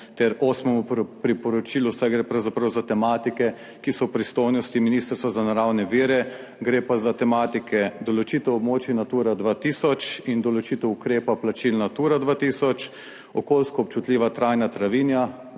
ter osmemu priporočilu, saj gre pravzaprav za tematike, ki so v pristojnosti Ministrstva za naravne vire. Gre pa za tematike določitev območij Natura 2000 in določitev ukrepa plačilna Natura 2000, okolijsko občutljiva trajna travinja,